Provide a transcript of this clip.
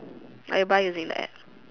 like you buy using the app